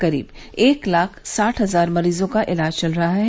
करीब एक लाख साठ हजार मरीजों का इलाज चल रहा है